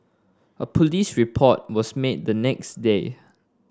a police report was made the next day